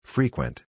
Frequent